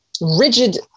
rigid